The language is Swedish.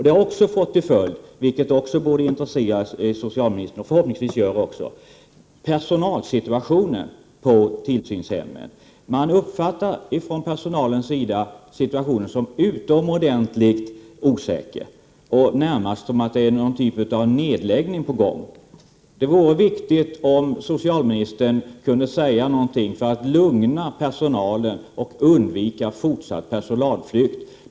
Det har också fått till följd — vilket förhoppningsvis intresserar socialministern — problem när det gäller personalsituationen på tillsynshemmen. Personalen uppfattar situationen som utomordentligt osä 31 ker, och närmast så att någon typ av nedläggning är på gång. Det vore värdefullt om socialministern kunde säga någonting för att lugna personalen och undvika fortsatt personalflykt.